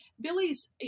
Billy's